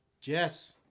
Jess